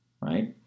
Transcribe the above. right